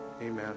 Amen